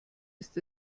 ist